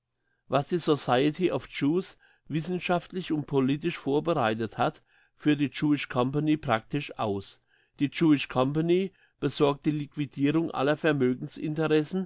was die society of jews wissenschaftlich und politisch vorbereitet hat führt die jewish company praktisch aus die jewish company besorgt die liquidirung aller